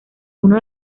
uno